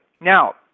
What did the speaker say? Now